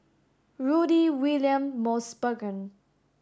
Rudy William Mosbergen